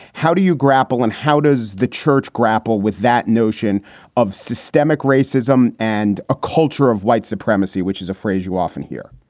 how do you grapple and how does the church grapple with that notion of systemic racism and a culture of white supremacy, which is a phrase you often hear?